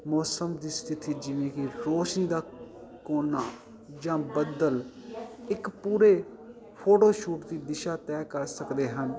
ਮੌਸਮ ਦੀ ਸਥਿਤੀ ਜਿਵੇਂ ਕੀ ਰੋਸ਼ਨੀ ਦਾ ਕੋਨਾ ਜਾਂ ਬੱਦਲ ਇਕ ਪੂਰੇ ਫੋਟੋਸ਼ੂਟ ਦੀ ਦਿਸ਼ਾ ਤੈਅ ਕਰ ਸਕਦੇ ਹਨ